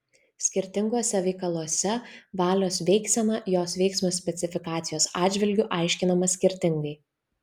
skirtinguose veikaluose valios veiksena jos veiksmo specifikacijos atžvilgiu aiškinama skirtingai